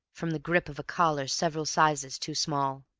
from the grip of a collar several sizes too small.